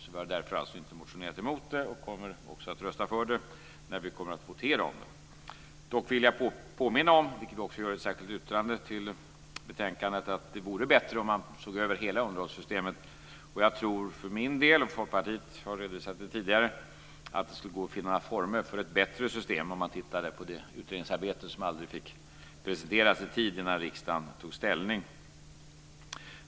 Vi har därför inte motionerat emot det, och vi kommer också att rösta för det när det blir votering. Dock vill jag påminna om - vilket vi också gör i ett särskilt yttrande till betänkandet - att det vore bättre om man såg över hela underhållssystemet. Jag tror för min del - och Folkpartiet har redovisat det tidigare - att det skulle gå att finna former för ett bättre system om man beaktade det utredningsarbete som aldrig fick presenteras innan riksdagen tog ställning.